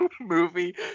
movie